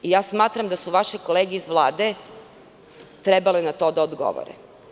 Ja smatram da su vaše kolege iz Vlade trebale na to da odgovore.